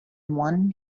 one